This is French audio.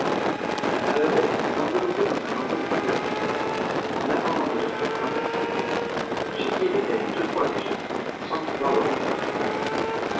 la maheude avait dû l'envelopper dans un lambeau de couverture en attendant le docteur vanderhaghen chez qui elle était allée deux fois déjà sans pouvoir le rencontrer